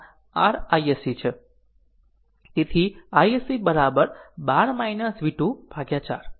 તેથી iSC 12 v 2 ભાગ્યા 4